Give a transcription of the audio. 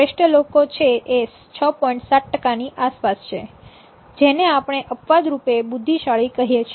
7 ટકા ની આસપાસ છે જેને આપણે અપવાદરૂપે બુદ્ધિશાળી કહીએ છીએ